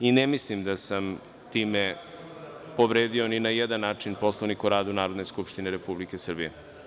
Ne mislim da sam time povredio ni na jedan način Poslovnik o radu Narodne skupštine Republike Srbije.